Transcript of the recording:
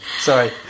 Sorry